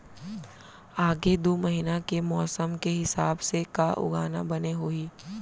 आगे दू महीना के मौसम के हिसाब से का उगाना बने होही?